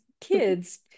kids